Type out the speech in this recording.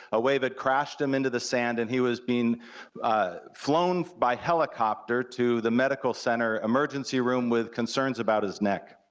a wave had crashed him into the sand, and he was being flown by helicopter to the medical center emergency room with concerns about his neck.